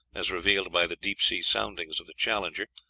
as revealed by the deep-sea soundings of the challenger,